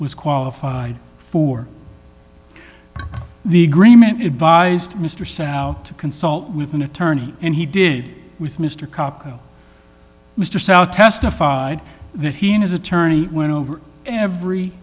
was qualified for the agreement advised mr to consult with an attorney and he did with mr capo mr south testified that he and his attorney went over and every